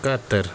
Qatar